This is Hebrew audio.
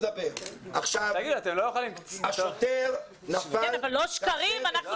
השוטר החליק, הוא נפל